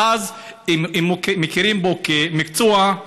אם מכירים בזה כמקצוע,